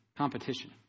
competition